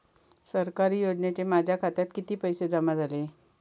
सरकारी योजनेचे माझ्या खात्यात किती पैसे जमा झाले?